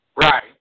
Right